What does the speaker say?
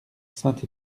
saint